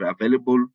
available